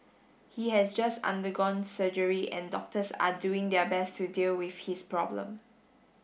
he has just undergone surgery and doctors are doing their best to deal with his problem